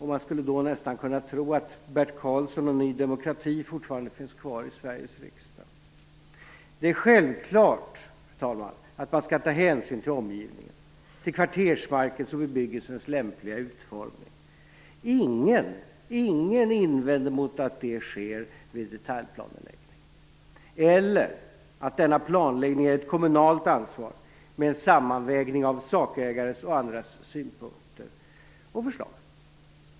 Man skulle nästan kunna tro att Bert Karlsson och Ny demokrati fortfarande finns kvar i Sveriges riksdag. Det är självklart att man skall ta hänsyn till omgivningen och till kvartersmarkens och bebyggelsens lämpliga utformning. Ingen invänder mot att det sker vid detaljplaneläggning eller mot att denna planläggning är ett kommunalt ansvar med en sammanvägning av sakägares och andras synpunkter och förslag.